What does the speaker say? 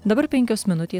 dabar penkios minutės